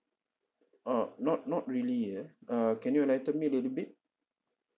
uh not not really eh uh can you enlighten me a little bit